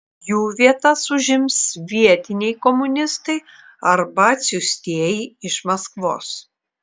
jų vietas užims vietiniai komunistai arba atsiųstieji iš maskvos